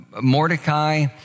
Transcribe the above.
Mordecai